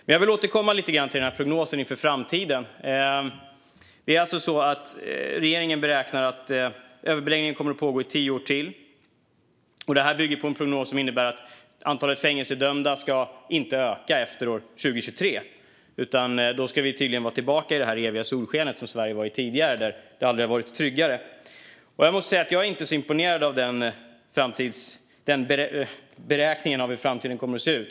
Men jag vill återkomma lite grann till prognosen för framtiden. Regeringen beräknar alltså att överbeläggningen kommer att pågå i tio år till. Det bygger på en prognos som innebär att antalet fängelsedömda inte ska öka efter år 2023. Då ska vi tydligen vara tillbaka i det eviga solskenet, där Sverige var tidigare. Det har aldrig varit tryggare än då. Jag måste säga att jag inte är så imponerad av beräkningen av hur framtiden kommer att se ut.